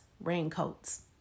raincoats